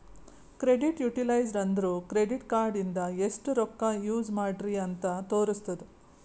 credit utilised ಅಂದುರ್ credit card ಇಂದ ಎಸ್ಟ್ ರೊಕ್ಕಾ ಯೂಸ್ ಮಾಡ್ರಿ ಅಂತ್ ತೋರುಸ್ತುದ್